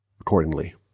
accordingly